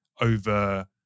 over